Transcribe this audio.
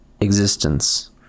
Existence